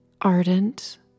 ardent